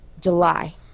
July